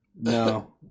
No